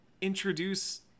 introduce